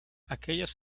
aquellas